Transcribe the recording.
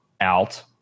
out